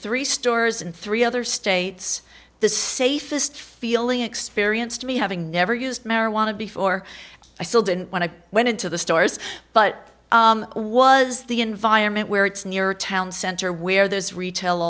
three stores in three other states the safest feeling experience to me having never used marijuana before i still didn't want to went into the stores but was the environment where it's near town center where there's retail